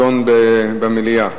או הוא מעוניין שההצעה הזאת תידון במליאה?